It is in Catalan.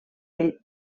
ell